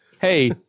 Hey